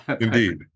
indeed